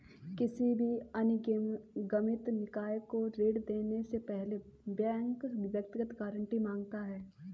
किसी भी अनिगमित निकाय को ऋण देने से पहले बैंक व्यक्तिगत गारंटी माँगता है